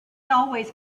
always